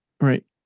Right